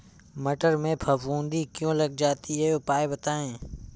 मटर में फफूंदी क्यो लग जाती है उपाय बताएं?